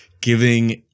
giving